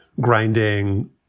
grinding